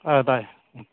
ꯑꯥ ꯇꯥꯏꯌꯦ ꯎꯝ